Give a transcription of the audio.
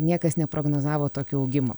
niekas neprognozavo tokio augimo